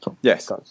Yes